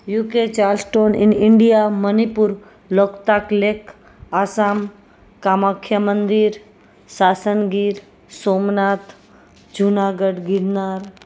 UK ચા stone in India Manipur Ladakh Leh Assam Kamakhya મંદિર સાસણ ગીર સોમનાથ જૂનાગઢ ગિરનાર